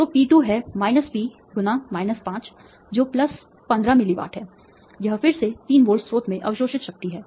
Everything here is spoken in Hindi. तो P2 है P × 5 जो 15 मिली वाट है यह फिर से तीन वोल्ट स्रोत में अवशोषित शक्ति है